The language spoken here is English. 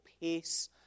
pace